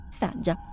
saggia